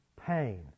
pain